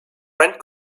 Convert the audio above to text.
rent